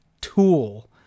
tool